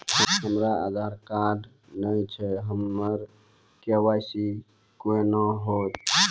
हमरा आधार कार्ड नई छै हमर के.वाई.सी कोना हैत?